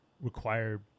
require